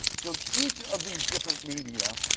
so each of these different media